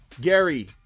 Gary